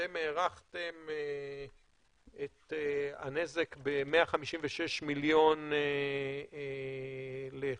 אתם הערכתם את הנזק ב-156 מיליון לחודש.